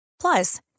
Plus